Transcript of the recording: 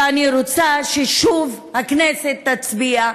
ואני רוצה ששוב הכנסת תצביע,